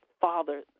Father